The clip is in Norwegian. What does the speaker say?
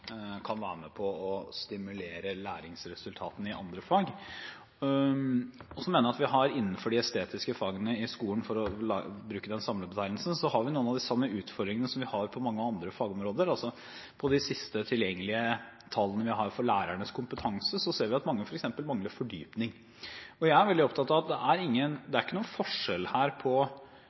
være med på å stimulere læringsresultatene i andre fag. Jeg mener at innenfor de estetiske fagene i skolen, for å bruke den samlebetegnelsen, har vi noen av de samme utfordringene som vi har på mange andre fagområder. Av de siste tilgjengelige tallene vi har for lærernes kompetanse, ser vi f.eks. at mange mangler fordypning. Det er ikke sånn at estetiske fag er mindre viktige i skolen enn andre fag. Kompetanse, muligheten til å videreutdanne seg, er like viktig her